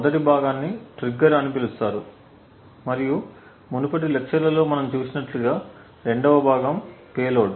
మొదటి భాగాన్ని ట్రిగ్గర్ అని పిలుస్తారు మరియు మునుపటి లెక్చర్ లలో మనం చూసినట్లుగా రెండవ భాగం పేలోడ్